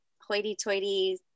hoity-toity